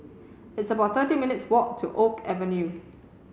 it's about thirty minutes walk to Oak Avenue